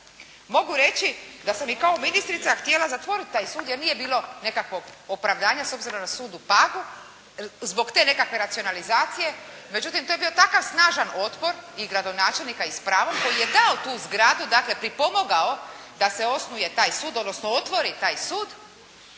Mogu reći da sam i kao ministrica htjela zatvoriti taj sud jer nije bilo nekakvog opravdanja s obzirom na sud u Pagu zbog te nekakve racionalizacije, međutim to je bio takav snažan otpor i gradonačelnika i s pravom koji je dao tu zgradu, dakle pripomogao da se osnuje taj sud, odnosno otvori taj sud